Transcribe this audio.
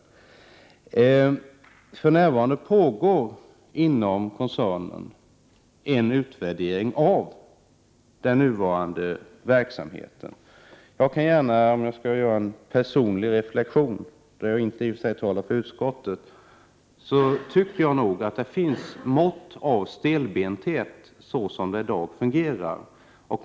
För närvarande pågår inom koncernen en utvärdering av den nuvarande verksamheten. Om jag får göra en personlig reflexion — på den punkten talar jaginte för utskottet — vill jag säga att det finns en viss stelbenthet i det sätt på vilket det i dag fungerar.